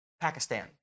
Pakistan